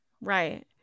right